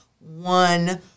one